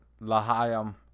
Lahayam